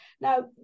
Now